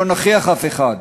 לא נכריח אף אחד.